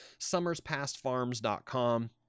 summerspastfarms.com